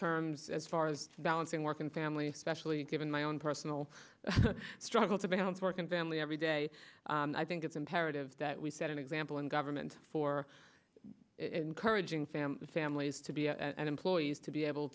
terms as far as balancing work and family especially given my own personal struggle to balance work and family every day and i think it's imperative that we set an example in government for encouraging family and families to be and employees to be able